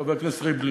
חבר הכנסת ריבלין,